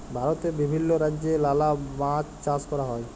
ভারতে বিভিল্য রাজ্যে লালা মাছ চাষ ক্যরা হ্যয়